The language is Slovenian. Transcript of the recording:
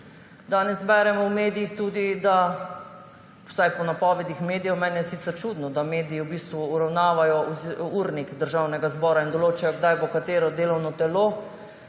Danes beremo v medijih, vsaj po napovedih medijev – meni je sicer čudno, da mediji v bistvu uravnavajo urnik Državnega zbora in določajo, kdaj bo katero delovno telo,